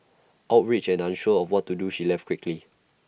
outraged and unsure of what to do she left quickly